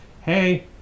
hey